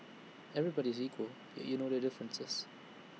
everybody is equal and yet you know their differences